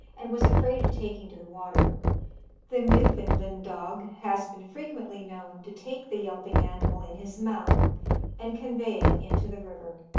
and was afraid of taking to the water the newfoundland dog has been frequently known to take the yelping animal in his mouth and convey it into the river.